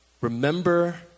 remember